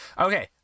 okay